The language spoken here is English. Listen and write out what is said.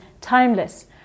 timeless